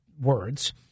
words